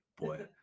Boy